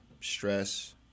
stress